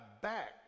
back